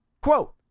quote